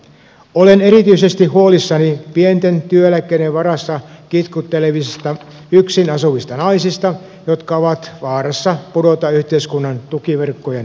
olen erityisesti huolissani pienten työeläkkeiden varassa kitkuttelevista yksin asuvista naisista jotka ovat vaarassa pudota yhteiskunnan tukiverkkojen ulkopuolelle